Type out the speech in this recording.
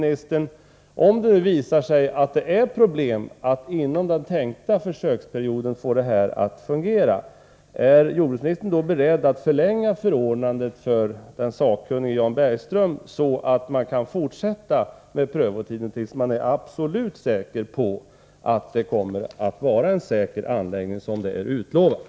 när det gäller att inom den tänkta försöksperioden få detta att fungera, är jordbruksministern då beredd att förlänga förordnandet för den sakkunnige, Jan Bergström, så att man kan fortsätta med prövotiden tills man är absolut förvissad om att det kommer att vara en säker anläggning, vilket är utlovat?